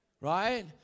Right